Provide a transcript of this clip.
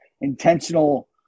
intentional